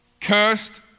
cursed